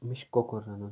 مےٚ چھُ کۄکُر رنُن